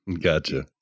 Gotcha